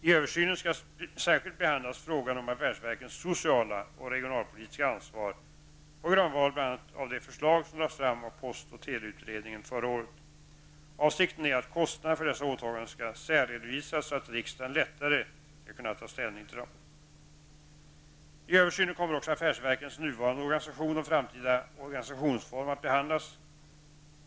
I översynen skall särskilt behandlas frågan om affärsverkens sociala och regionalpolitiska ansvar på grundval bl.a. av det förslag som lades fram av post och teleutredningen förra året. Avsikten är att kostnaderna för dessa åtaganden skall särredovisas så att riksdagen lättare skall kunna ta ställning till dem. I översynen kommer också affärsverkens nuvrande organisation och framtida organisationsform att behandlas.